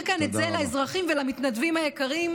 כאן את זה לאזרחים ולמתנדבים היקרים.